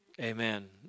Amen